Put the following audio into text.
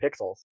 Pixels